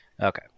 Okay